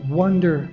wonder